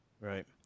Right